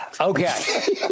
Okay